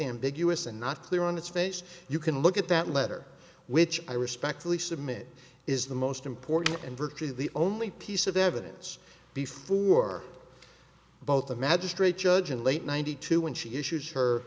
ambiguous and not clear on its face you can look at that letter which i respectfully submit is the most important and virtually the only piece of evidence before both the magistrate judge in late ninety two when she issued her